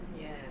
Yes